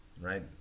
Right